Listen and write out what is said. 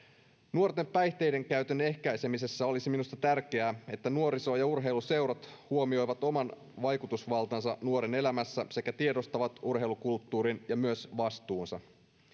nuorten päihteidenkäytön ehkäisemisessä olisi minusta tärkeää että nuoriso ja urheiluseurat huomioivat oman vaikutusvaltansa nuoren elämässä sekä tiedostavat urheilukulttuurin vastuun ja myös oman vastuunsa